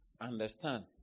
understand